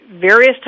Various